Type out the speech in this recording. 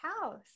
house